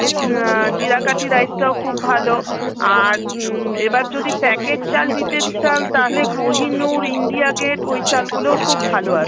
জিরাকাঠি রাইসটাও খুব ভালো আর এবার যদি প্যাকেট চাল নিতে চাল তাহলে কোহিনুর ইন্ডিয়া গেট ওই চালগুলোও খুব ভালো আছে